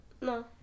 No